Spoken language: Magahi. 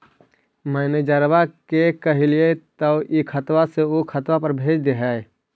मैनेजरवा के कहलिऐ तौ ई खतवा से ऊ खातवा पर भेज देहै?